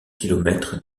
kilomètres